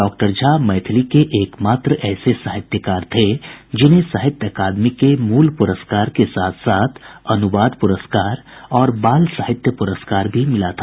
doctor Jha Maithili के एकमात्र ऐसे साहित्यकार थे जिन्हें साहित्य अकादमी के मूल पुरस्कार के साथ साथ अनुवाद पुरस्कार और बाल साहित्य पुरस्कार भी मिला था